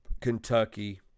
Kentucky